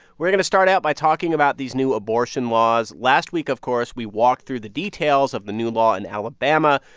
we're going to start out by talking about these new abortion laws. last week, of course, we walk through the details of the new law in and alabama,